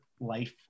life